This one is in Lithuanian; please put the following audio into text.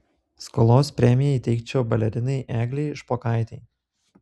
skolos premiją įteikčiau balerinai eglei špokaitei